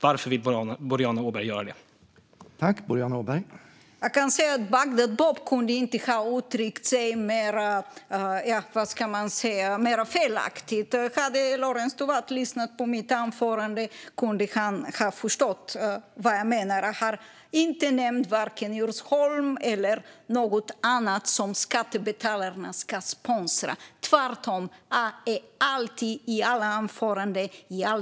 Varför vill Boriana Åberg göra detta?